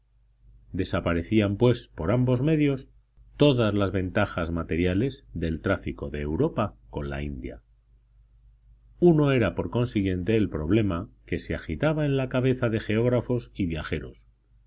desaparecían pues por ambos medios todas las ventajas materiales del tráfico de europa con la india uno era por consiguiente el problema que se agitaba en la cabeza de geógrafos y viajeros